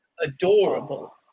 Adorable